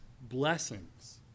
blessings